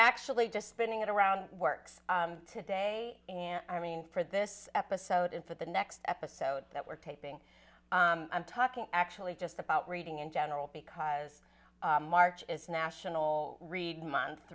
actually just spinning it around works today i mean for this episode and for the next episode that we're taping i'm talking actually just about reading in general because march is national read month